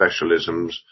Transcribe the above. specialisms